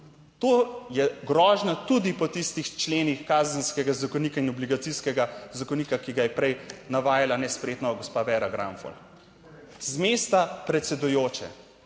To je grožnja tudi po tistih členih Kazenskega zakonika in Obligacijskega zakonika, ki ga je prej navajala nespretno gospa Vera Granfol, z mesta predsedujoče,